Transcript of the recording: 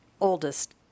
oldest